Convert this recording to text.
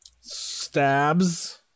stabs